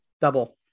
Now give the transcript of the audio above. double